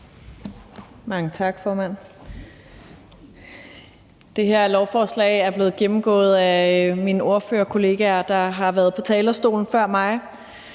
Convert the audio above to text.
Mange tak, formand. Det her lovforslag er blevet gennemgået af mine ordførerkolleger, der har været på talerstolen før mig.